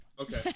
Okay